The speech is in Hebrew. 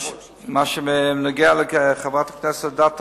מה שנוגע לחברת הכנסת אדטו,